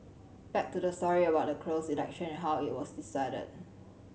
back to the story about the closed election and how it was decided